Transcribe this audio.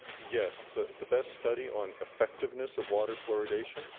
yes. the the best study on effectiveness of water fluoridation,